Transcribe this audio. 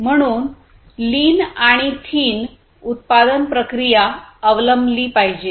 म्हणून लीन आणि थीन उत्पादन प्रक्रिया अवलंबली पाहिजे